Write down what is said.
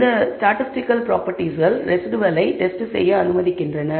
இந்த ஸ்டாட்டிஸ்டிக்கல் ப்ராபெர்டிஸ்கள் ரெஸிடுவலை டெஸ்ட் செய்ய அனுமதிக்கின்றன